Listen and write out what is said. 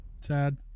Sad